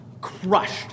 crushed